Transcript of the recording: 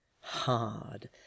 Hard